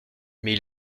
mais